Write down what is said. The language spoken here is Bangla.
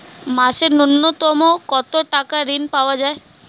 মাসে নূন্যতম কত টাকা ঋণ পাওয়া য়ায়?